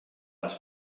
les